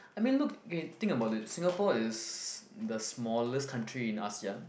I mean look eh think about it Singapore is the smallest country in Asean